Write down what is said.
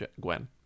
Gwen